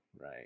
right